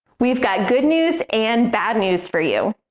we've got good news and bad news for you.